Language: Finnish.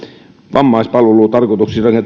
vammaispalvelun tarkoituksiin